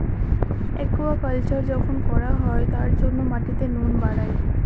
aquaculture যখন করা হয় তার জন্য মাটিতে নুন বাড়ায়